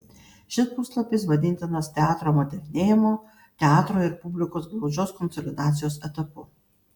šis puslapis vadintinas teatro modernėjimo teatro ir publikos glaudžios konsolidacijos etapu